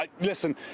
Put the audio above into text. Listen